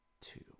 two